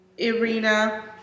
Irina